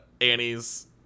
Annie's